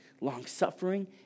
long-suffering